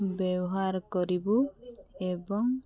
ବ୍ୟବହାର କରିବୁ ଏବଂ